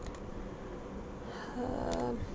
um